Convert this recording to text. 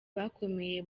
bakomeye